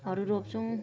हरू रोप्छौँ